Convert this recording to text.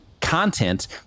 content